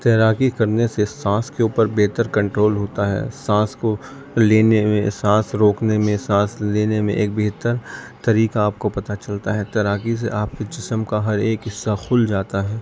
تیراکی کرنے سے سانس کے اوپر بہتر کنٹرول ہوتا ہے سانس کو لینے میں سانس روکنے میں سانس لینے میں ایک بہتر طریقہ آپ کو پتا چلتا ہے تیراکی سے آپ کے جسم کا ہر ایک حصہ کھل جاتا ہے